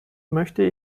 möchte